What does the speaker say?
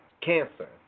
cancer